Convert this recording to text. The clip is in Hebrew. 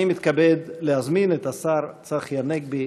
אני מתכבד להזמין את השר צחי הנגבי